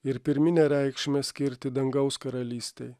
ir pirminę reikšmę skirti dangaus karalystei